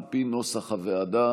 על פי נוסח הוועדה.